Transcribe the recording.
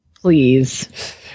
Please